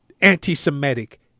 anti-Semitic